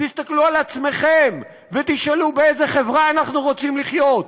תסתכלו על עצמכם ותשאלו באיזה חברה אנחנו רוצים לחיות,